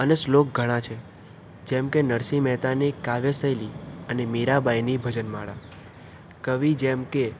અને શ્લોક ઘણાં છે જેમ કે નરસિંહ મહેતાની કાવ્ય શૈલી અને મીરાંબાઈની ભજનમાળા કવિ જેમ કે